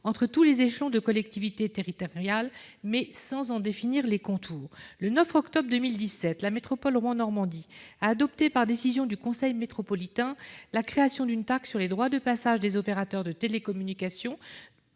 entre tous les échelons de collectivités territoriales, mais sans en définir les contours. Le 9 octobre 2017, la métropole Rouen Normandie a adopté, par décision du conseil métropolitain, la création d'une taxe sur les droits de passage des opérateurs de télécommunications